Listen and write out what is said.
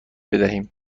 بدهیم